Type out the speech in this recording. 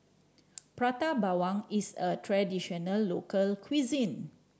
Prata Bawang is a traditional local cuisine